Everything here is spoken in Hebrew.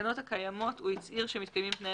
בתקנות הקיימות הוא הצהיר שמתקיימים תנאי